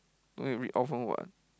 no need read off one [what]